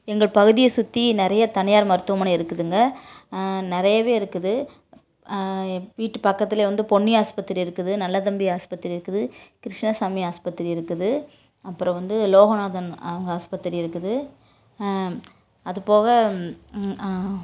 எங்கள் பகுதியை சுற்றி நிறைய தனியார் மருத்துவமனை இருக்குதுங்க நிறையவே இருக்குது வீட்டு பக்கத்துலேயே வந்து பொன்னி ஆஸ்பத்திரி இருக்குது நல்லதம்பி ஆஸ்பத்திரி இருக்குது கிருஷ்ணாசாமி ஆஸ்பத்திரி இருக்குது அப்பறம் வந்து லோகநாதன் அவங்க ஆஸ்பத்திரி இருக்குது அதுபோக